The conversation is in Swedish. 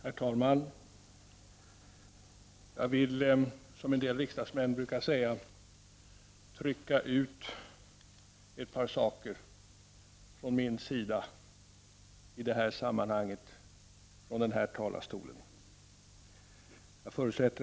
Herr talman! Jag vill, som en del riksdagsmän brukar säga, trycka ut ett par saker — från min sida — i det här sammanhanget — från den här talarstolen.